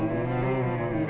and